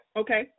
okay